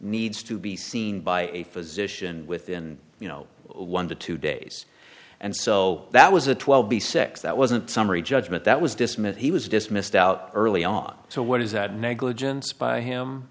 needs to be seen by a physician within you know one to two days and so that was a twelve b six that wasn't summary judgment that was dismissed he was dismissed out early on so what is that negligence by him